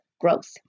growth